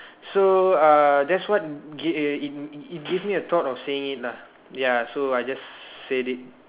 so uh that's what it it give me a thought of saying it lah ya so I just said it